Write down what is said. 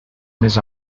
més